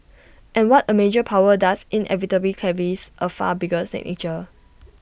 and what A major power does inevitably carries A far bigger signature